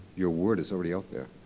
your word is already out there.